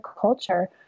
culture